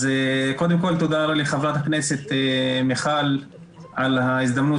קודם כל תודה לח"כ מיכל על ההזדמנות